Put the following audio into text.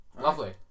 Lovely